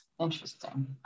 Interesting